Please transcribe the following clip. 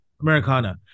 Americana